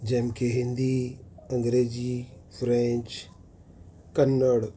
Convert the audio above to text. જેમ કે હિન્દી અંગ્રેજી ફ્રેન્ચ કન્નડ